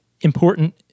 important